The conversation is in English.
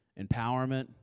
Empowerment